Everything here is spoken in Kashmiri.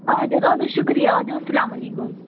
اَد حظ اَد حظ شُکریہ اَد حظ اسلام علیکُم